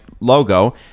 logo